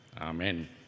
Amen